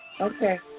Okay